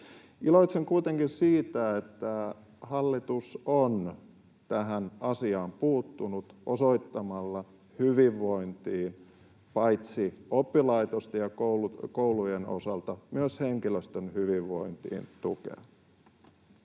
Iloitsen kuitenkin siitä, että hallitus on tähän asiaan puuttunut osoittamalla hyvinvointiin — paitsi oppilaitosten ja koulujen myös henkilöstön hyvinvointiin — tukea.